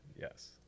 Yes